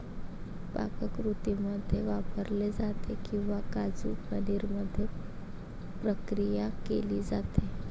पाककृतींमध्ये वापरले जाते किंवा काजू पनीर मध्ये प्रक्रिया केली जाते